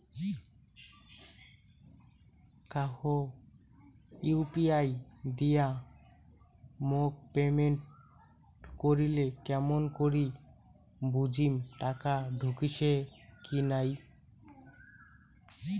কাহো ইউ.পি.আই দিয়া মোক পেমেন্ট করিলে কেমন করি বুঝিম টাকা ঢুকিসে কি নাই?